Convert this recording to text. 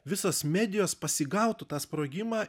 visos medijos pasigautų tą sprogimą